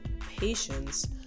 patience